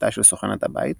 בתה של סוכנת הבית,